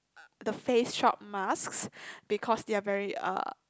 the Face-Shop masks because they're very uh